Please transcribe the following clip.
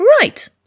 Right